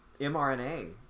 mrna